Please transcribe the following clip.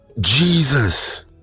Jesus